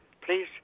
Please